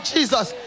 Jesus